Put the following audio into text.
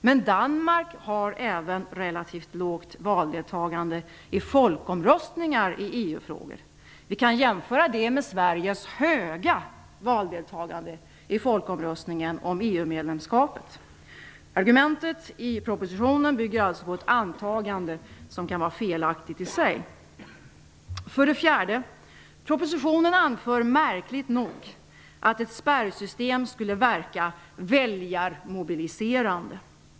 Men Danmark har även relativt lågt valdeltagande i folkomröstningar i EU-frågor. Vi kan jämföra detta med Sveriges höga valdeltagande i folkomröstningen om EU-medlemskapet. Argumentet i propositionen bygger alltså på ett antagande som kan vara felaktigt i sig. För det fjärde anför propositionen märkligt nog att ett spärrsystem skulle verka väljarmobiliserande.